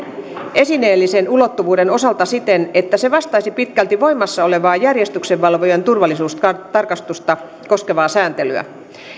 esineellisen ulottuvuuden osalta siten että se vastaisi pitkälti voimassa olevaa järjestyksenvalvojan turvallisuustarkastusta koskevaa sääntelyä